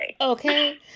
Okay